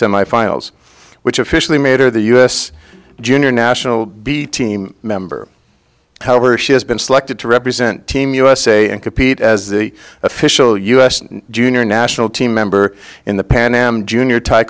semifinals which officially made her the u s junior national b team member however she has been selected to represent team usa and compete as the official u s junior national team member in the pan am junior t